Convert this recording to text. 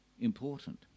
important